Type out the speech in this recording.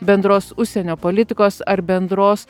bendros užsienio politikos ar bendros